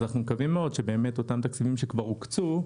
אז אנחנו מקווים מאוד שאותם תקציבים שכבר הוקצו,